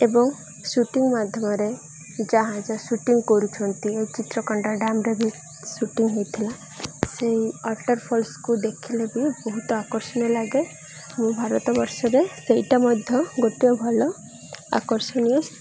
ଏବଂ ସୁଟିଂ ମାଧ୍ୟମରେ ଯାହା ଯାହା ସୁଟିଂ କରୁଛନ୍ତି ଏଇ ଚିତ୍ରକଣ୍ଡା ଡ଼୍ୟାମ୍ରେେ ବି ସୁୁଟିଂ ହୋଇଥିଲା ସେଇ ୱାଟର ଫଲ୍ସକୁ ଦେଖିଲେ ବି ବହୁତ ଆକର୍ଷଣୀୟ ଲାଗେ ମୁଁ ଭାରତ ବର୍ଷରେ ସେଇଟା ମଧ୍ୟ ଗୋଟିଏ ଭଲ ଆକର୍ଷଣୀୟ